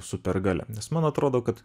supergalia nes man atrodo kad